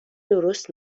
درست